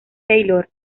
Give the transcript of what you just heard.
taylor